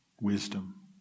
wisdom